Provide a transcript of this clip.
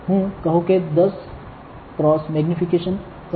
હું કહો કે 10 x મેગ્નિફિકેશન પર જઈશ